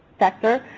sector,